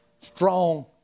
Strong